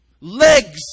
Legs